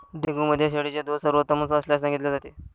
dengue मध्ये शेळीचे दूध सर्वोत्तम असल्याचे सांगितले जाते